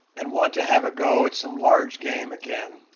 and want to have a go at some large game again.